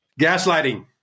Gaslighting